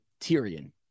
Tyrion